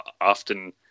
often